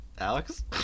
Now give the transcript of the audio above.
Alex